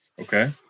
okay